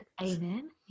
Amen